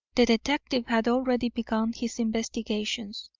the detective had already begun his investigations.